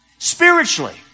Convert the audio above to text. Spiritually